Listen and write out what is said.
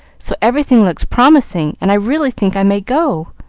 so everything looks promising and i really think i may go.